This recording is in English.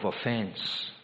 offense